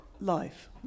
life